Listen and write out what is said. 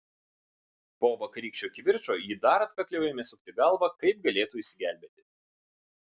po vakarykščio kivirčo ji dar atkakliau ėmė sukti galvą kaip galėtų išsigelbėti